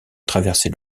traversait